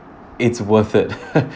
it's worth it